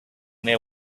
their